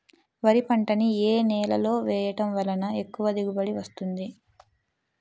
వరి పంట ని ఏ నేలలో వేయటం వలన ఎక్కువ దిగుబడి వస్తుంది?